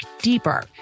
deeper